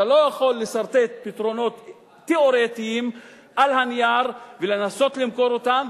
אתה לא יכול לסרטט פתרונות תיאורטיים על הנייר ולנסות למכור אותם,